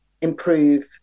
improve